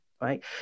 right